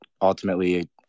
ultimately